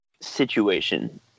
situation